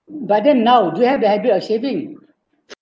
but then now do you have the habit of saving